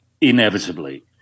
inevitably